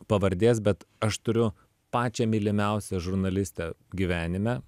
pavardės bet aš turiu pačią mylimiausią žurnalistę gyvenime